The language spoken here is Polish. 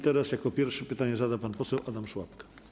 Teraz jako pierwszy pytanie zada pan poseł Adam Szłapka.